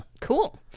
Cool